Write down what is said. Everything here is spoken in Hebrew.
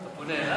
אתה פונה אליי?